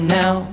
now